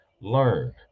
learn